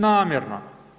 Namjerno.